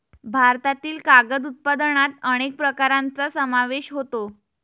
भारतातील कागद उत्पादनात अनेक प्रकारांचा समावेश होतो